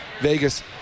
Vegas